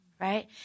Right